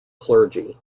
clergy